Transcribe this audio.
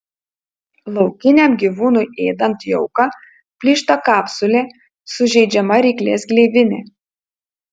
laukiniam gyvūnui ėdant jauką plyšta kapsulė sužeidžiama ryklės gleivinė